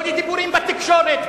לא לדיבורים בתקשורת,